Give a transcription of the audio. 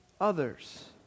others